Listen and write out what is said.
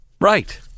right